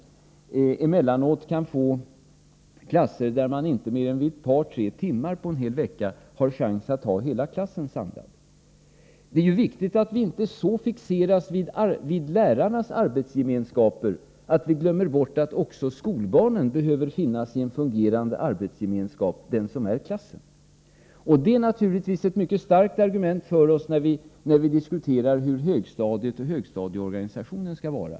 Det innebär att det, framför allt i kommuner med många invandrare och omfattande hemspråksundervisning, emellanåt finns klasser som inte är samlade under mer än ett par tre timmar per vecka. Det är viktigt att vi inte så fixerar oss vid lärarnas arbetsgemenskap att vi glömmer bort att också skolbarnen behöver en fungerande arbetsgemenskap — klassen. Det är naturligtvis ett mycket starkt argument för oss när vi diskuterar hur högstadieorganisationen skall vara.